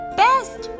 best